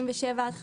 ו-47 עד 50,